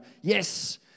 yes